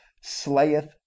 slayeth